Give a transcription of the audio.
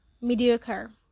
mediocre